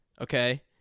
Okay